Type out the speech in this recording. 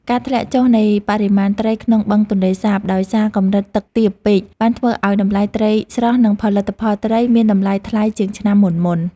ការធ្លាក់ចុះនៃបរិមាណត្រីក្នុងបឹងទន្លេសាបដោយសារកម្រិតទឹកទាបពេកបានធ្វើឱ្យតម្លៃត្រីស្រស់ និងផលិតផលត្រីមានតម្លៃថ្លៃជាងឆ្នាំមុនៗ។